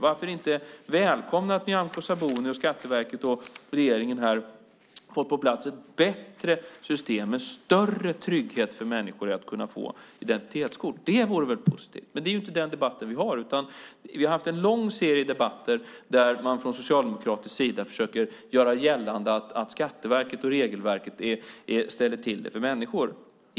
Varför inte välkomna att Nyamko Sabuni, Skatteverket och regeringen fått på plats ett bättre system med större trygghet för människor i att kunna få identitetskort? Det vore väl positivt? Men det är inte den debatten vi har. Vi har haft en lång serie debatter där man från socialdemokratisk sida försöker göra gällande att Skatteverket och regelverket ställer till det för människor.